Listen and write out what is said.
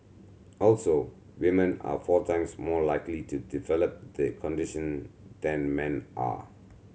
also women are four times more likely to develop the condition than men are